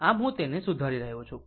આમ હું તેને સુધારી રહ્યો છું